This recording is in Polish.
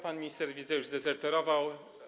Pan minister, widzę, już zdezerterował.